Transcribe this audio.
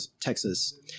Texas